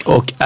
Och